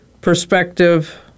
perspective